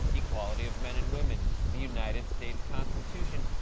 equality of men and women, the united states constitution.